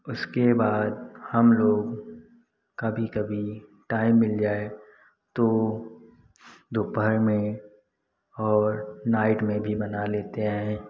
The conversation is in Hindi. उसके बाद हम लोग कभी कभी टाइम मिल जाए तो दोपहर में और नाइट में भी बना लेते हैं